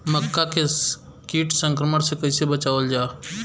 मक्का के कीट संक्रमण से कइसे बचावल जा?